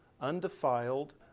undefiled